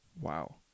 Wow